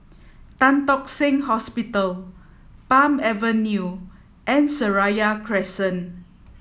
Tan Tock Seng Hospital Palm Avenue and Seraya Crescent